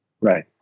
Right